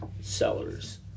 Sellers